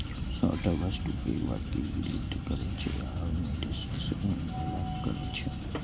sorter वस्तु कें वर्गीकृत करै छै आ निर्दिष्ट श्रेणी मे अलग करै छै